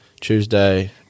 Tuesday